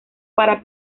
para